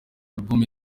album